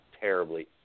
terribly